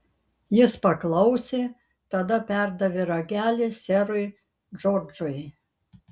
jis paklausė tada perdavė ragelį serui džordžui